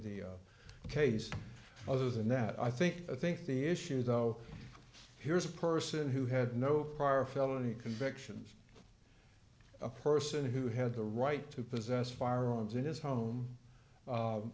the case other than that i think i think the issue though here's a person who had no prior felony convictions a person who had the right to possess firearms in his home